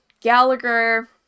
Gallagher